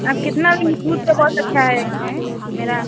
आप कितना लेंगी दूध तो बहुत अच्छा है मेरा